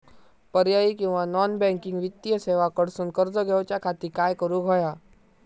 पर्यायी किंवा non banking वित्तीय सेवा कडसून कर्ज घेऊच्या खाती काय करुक होया?